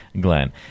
Glenn